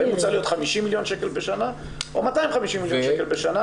האם הוא צריך להיות 50 מיליון שקל בשנה או 250 מיליון שקל בשנה,